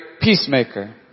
peacemaker